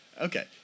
Okay